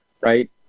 right